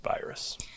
virus